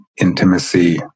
intimacy